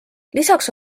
lisaks